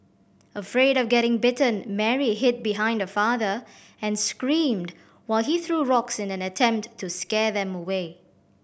afraid of getting bitten Mary hid behind her father and screamed while he threw rocks in an attempt to scare them away